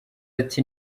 ati